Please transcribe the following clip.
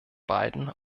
beiden